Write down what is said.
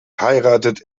heiratet